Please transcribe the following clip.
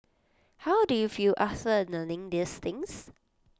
how do you feel after learning these things